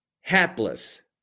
hapless